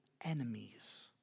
enemies